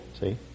see